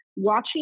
Watching